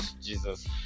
Jesus